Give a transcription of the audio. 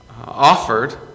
offered